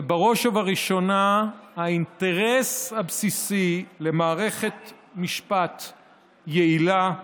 ובראש ובראשונה האינטרס הבסיסי למערכת משפט יעילה,